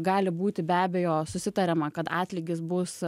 gali būti be abejo susitariama kad atlygis bus